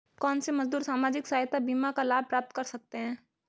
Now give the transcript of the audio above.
कौनसे मजदूर सामाजिक सहायता बीमा का लाभ प्राप्त कर सकते हैं?